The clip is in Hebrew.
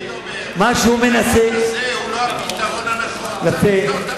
אני מקווה שיגיע לפתרון על-פי ההסכם, נכון,